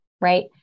Right